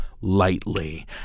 lightly